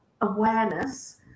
awareness